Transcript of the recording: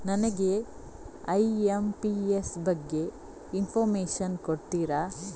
ನನಗೆ ಐ.ಎಂ.ಪಿ.ಎಸ್ ಬಗ್ಗೆ ಇನ್ಫೋರ್ಮೇಷನ್ ಕೊಡುತ್ತೀರಾ?